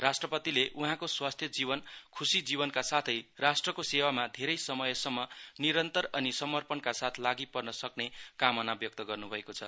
राष्ट्रपतिले उहाँको स्वास्थ्य जीवन खुशी जीवनका साथै राष्ट्रको सेवामा धेरै वर्षसम्म निरन्तर अनि समर्पणका साथ लागि पर्न सक्ने कामना व्यक्त गर्नुभएको छ